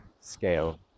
scale